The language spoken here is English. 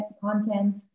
content